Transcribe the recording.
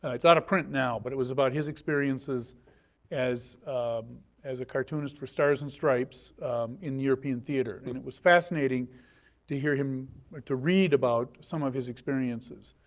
and it's not a print now but it was about his experiences as as a cartoonist for stars and stripes in european theater and it was fascinating to hear him or to read about some of his experiences.